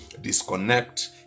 disconnect